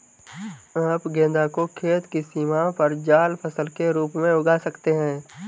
आप गेंदा को खेत की सीमाओं पर जाल फसल के रूप में उगा सकते हैं